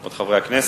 כבוד חברי הכנסת,